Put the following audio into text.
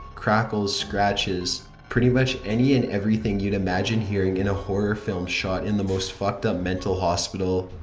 crackles, scratches. pretty much any and everything you'd imagine hearing in a horror film shot in the most fucked up mental hospital.